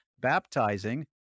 baptizing